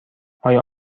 آیا